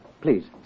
Please